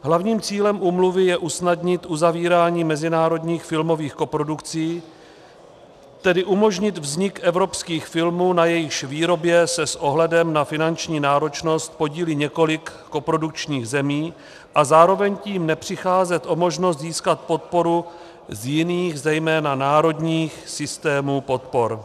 Hlavním cílem úmluvy je usnadnit uzavírání mezinárodních filmových koprodukcí, tedy umožnit vznik evropských filmů, na jejichž výrobě se s ohledem na finanční náročnost podílí několik koprodukčních zemí, a zároveň tím nepřicházet o možnost získat podporu z jiných, zejména národních systémů podpor.